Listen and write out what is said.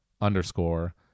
underscore